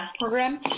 program